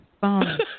phone